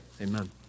amen